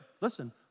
listen